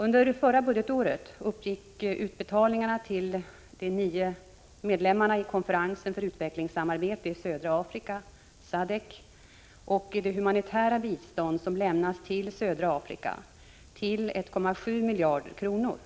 Under förra budgetåret uppgick utbetalningarna till de nio medlemmarna i konferensen för utvecklingssamarbete i södra Afrika och det humanitära bistånd som lämnas till södra Afrika till 1,7 miljarder kronor.